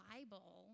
Bible